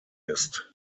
ist